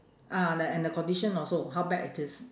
ah the and the condition also how bad it is